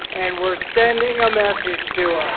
and we're sending a message to